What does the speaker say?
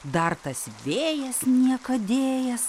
dar tas vėjas niekadėjas